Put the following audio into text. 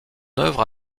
œuvre